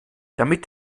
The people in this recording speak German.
damit